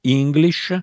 english